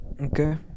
Okay